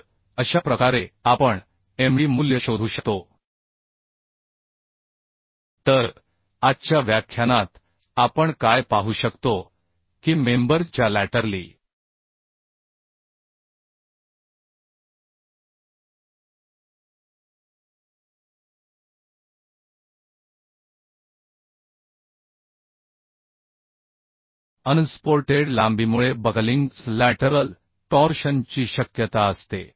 तर अशा प्रकारे आपण md मूल्य शोधू शकतो तर आजच्या व्याख्यानात आपण काय पाहू शकतो की मेंबर च्या लॅटरली अनसपोर्टेड लांबीमुळे बकलिंग च लॅटरल टॉर्शन ची शक्यता असते